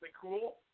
cool